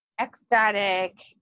ecstatic